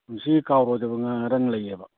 ꯄꯨꯟꯁꯤꯒꯤ ꯀꯥꯎꯔꯣꯏꯗꯕ ꯉꯥꯔꯪ ꯂꯩꯌꯦꯕ